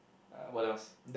uh what else